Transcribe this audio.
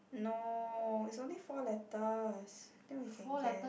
no it's only four letters then we can guess